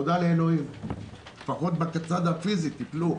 תודה לאלוהים שלפחות בצד הפיזי טיפלו.